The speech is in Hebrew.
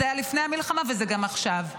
זה היה לפני המלחמה וזה גם עכשיו.